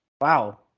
wow